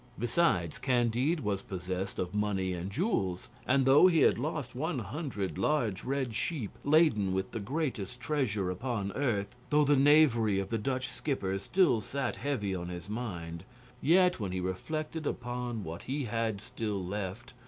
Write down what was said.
besides, candide was possessed of money and jewels, and though he had lost one hundred large red sheep, laden with the greatest treasure upon earth though the knavery of the dutch skipper still sat heavy upon his mind yet when he reflected upon what he had still left,